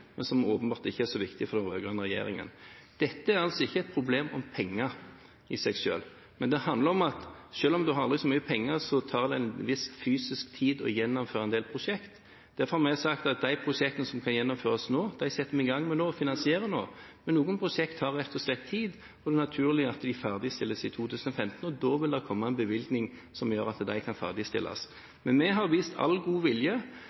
men som åpenbart ikke var så viktig for den rød-grønne regjeringen. Dette er altså ikke et problem med hensyn til penger i seg selv, men det handler om at selv om en har aldri så mye penger, tar det en viss fysisk tid å gjennomføre en del prosjekter. Det er derfor vi har sagt at de prosjektene som kan gjennomføres nå, de setter vi i gang med nå og finansierer nå. Men noen prosjekter tar rett og slett tid, og det er naturlig at de ferdigstilles i 2015, og da vil det komme en bevilgning som gjør at de kan ferdigstilles. Men vi har vist all god vilje.